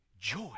joy